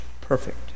perfect